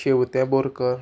शेवतें Borkar